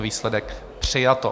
Výsledek: přijato.